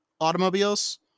automobiles